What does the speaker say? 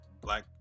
black